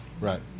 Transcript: right